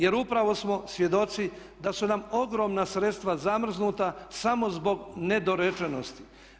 Jer upravo smo svjedoci da su nam ogromna sredstva zamrznuta samo zbog nedorečenosti.